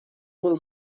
был